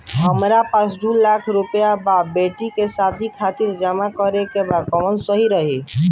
हमरा पास दू लाख रुपया बा बेटी के शादी खातिर जमा करे के बा कवन सही रही?